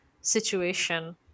situation